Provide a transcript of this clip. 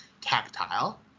tactile